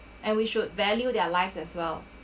and we should value their lives as well